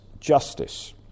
Justice